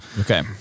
Okay